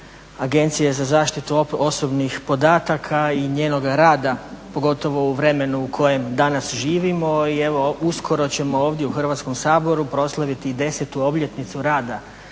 Agencije za zaštitu osobnih podataka i njenoga rada pogotovo u vremenu u kojem danas živimo i evo uskoro ćemo ovdje u Hrvatskom saboru proslaviti 10. obljetnicu rada